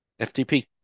FTP